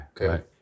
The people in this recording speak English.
Okay